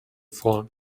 vor